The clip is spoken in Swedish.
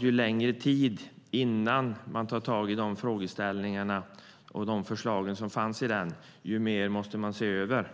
Ju längre tid som går innan man tar tag i frågeställningar och de förslag som fanns i den, desto mer måste man se över